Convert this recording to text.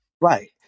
right